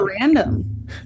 random